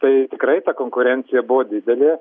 tai tikrai ta konkurencija buvo didelė